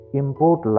import